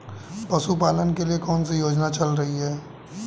पशुपालन के लिए कौन सी योजना चल रही है?